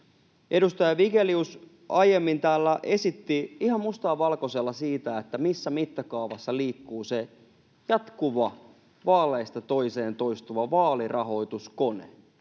Edustaja Vigelius aiemmin täällä esitti ihan mustaa valkoisella, missä mittakaavassa liikkuu se jatkuva vaaleista toiseen toistuva vaalirahoituskone,